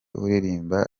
uririmba